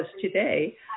today